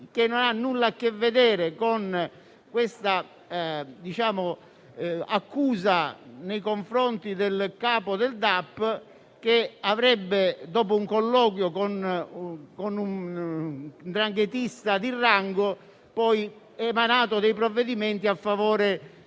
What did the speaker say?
che non hanno nulla a che vedere con l'accusa nei confronti del capo del DAP che, dopo un colloquio con un 'ndranghetista di rango, avrebbe poi emanato dei provvedimenti a favore